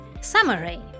Summary